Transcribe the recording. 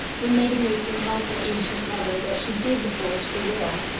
when lady mason tells her ancient lover that she did forge the will,